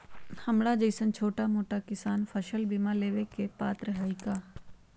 हमरा जैईसन छोटा मोटा किसान फसल बीमा लेबे के पात्र हई?